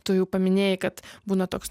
tu jau paminėjai kad būna toks